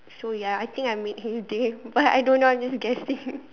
so ya I think I made his day but I don't know I'm just guessing